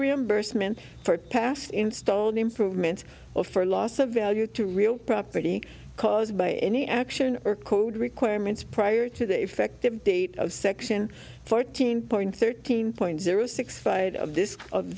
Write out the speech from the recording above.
reimbursement for past installed improvements or for loss of value to real property caused by any action or code requirements prior to the effective date of section fourteen point thirteen point zero six but of this of